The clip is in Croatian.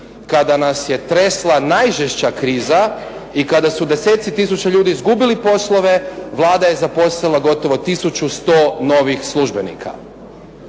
kada nas je tresla najžešća kriza i kada su deseci tisuća ljudi izgubili poslove Vlada je zaposlila gotovo tisuću 100 novih službenika.